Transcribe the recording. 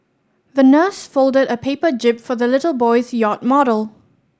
the nurse folded a paper jib for the little boy's yacht model